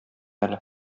әле